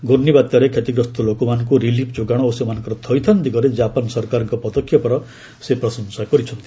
ଘ୍ରର୍ଷିବାତ୍ୟାରେ କ୍ଷତିଗ୍ରସ୍ତ ଲୋକମାନଙ୍କୁ ରିଲିଫ୍ ଯୋଗାଣ ଓ ସେମାନଙ୍କର ଥଇଥାନ ଦିଗରେ ଜାପାନ୍ ସରକାରଙ୍କ ପଦକ୍ଷେପର ସେ ପ୍ରଶଂସା କରିଛନ୍ତି